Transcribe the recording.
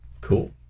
cool